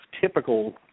typical